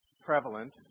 prevalent